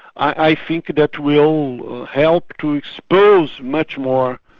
i think that will help to expose much more